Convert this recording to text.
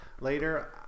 later